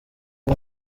ubu